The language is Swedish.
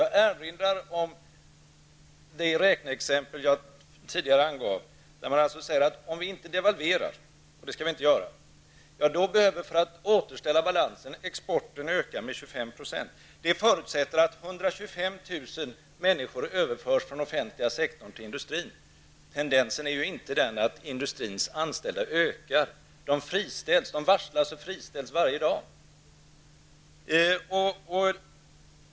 Jag erinrar om det räkneexempel som jag tidigare angav: om vi inte devalverar, och det skall vi inte göra, behöver exporten öka med 25 % för att balansen skall återställas. Det förutsätter att 125 000 människor överförs från offentliga sektorn till industrin. Tendensen är inte att industrins anställda ökar, utan de varslas och friställs varje dag.